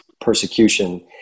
persecution